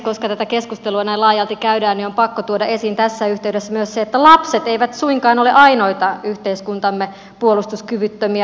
koska tätä keskustelua näin laajalti käydään on pakko tuoda esiin tässä yhteydessä myös se että lapset eivät suinkaan ole ainoita yhteiskuntamme puolustuskyvyttömiä